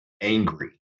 angry